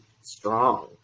strong